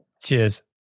Cheers